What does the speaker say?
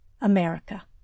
America